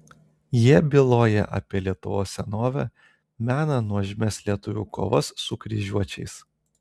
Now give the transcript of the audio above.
jie byloja apie lietuvos senovę mena nuožmias lietuvių kovas su kryžiuočiais